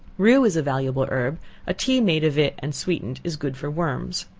rue is a valuable herb, a tea made of it and sweetened is good for worms.